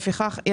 לפיכך,